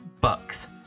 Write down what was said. bucks